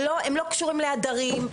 הם לא קשורים לעדרים,